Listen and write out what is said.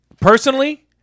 personally